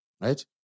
right